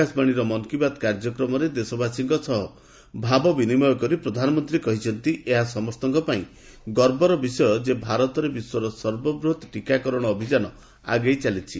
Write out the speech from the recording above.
ଆକାଶବାଶୀର ମନ୍ କୀ ବାତ୍ କାର୍ଯ୍ୟକ୍ରମରେ ଦେଶବାସୀଙ୍କ ସହ ଭାବ ବିନିମୟ କରି ପ୍ରଧାନମନ୍ତ୍ରୀ କହିଛନ୍ତି ଏହା ସମସ୍ତଙ୍କ ପାଇଁ ଗର୍ବର ବିଷୟ ଯେ ଭାରତରେ ବିଶ୍ୱର ସର୍ବବୃହତ୍ ଟିକାକରଣ ଅଭିଯାନ ଆଗେଇ ଚାଲିଛି